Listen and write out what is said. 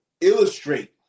illustrate